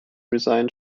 resigned